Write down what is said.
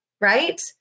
right